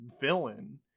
villain